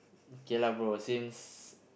okay lah bro since